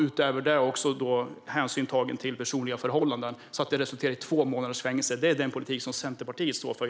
Utöver det tar man hänsyn till personliga förhållanden, vilket gör att det hela resulterar i två månaders fängelse. Denna politik står Centerpartiet för.